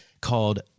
called